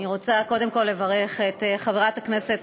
אני רוצה קודם כול לברך את חברת הכנסת